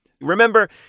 Remember